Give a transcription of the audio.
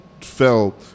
fell